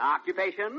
Occupation